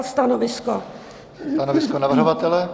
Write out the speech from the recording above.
Stanovisko navrhovatele?